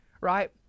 right